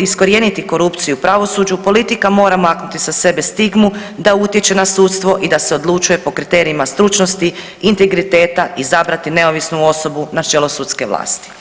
iskorijeniti korupciju u pravosuđu politika mora maknuti sa sebe stigmu da utječe na sudstvo i da se odlučuje po kriterijima stručnosti, integriteta izabrati neovisnu osobu na čelo sudske vlasti.